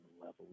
level